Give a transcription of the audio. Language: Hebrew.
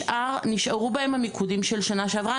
נשארו בהם המיקודים של שנה שעברה.